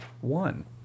One